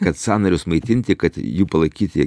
kad sąnarius maitinti kad jų palaikyti